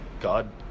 God